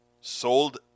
sold